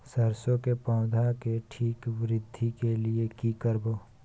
सरसो के पौधा के ठीक वृद्धि के लिये की करबै?